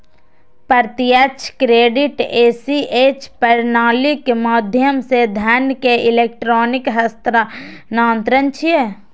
प्रत्यक्ष credit ACH प्रणालीक माध्यम सं धन के इलेक्ट्रिक हस्तांतरण छियै